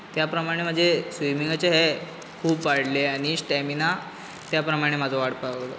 त्या प्रमाणें म्हजें स्विमिंगाचे हें खूब वाडलें आनी स्टेमिना त्या प्रमाणें म्हजो वाडपाक लागलो